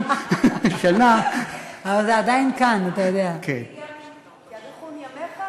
שכר, ושכר מאוד משתלם --- למען יאריכון ימיך.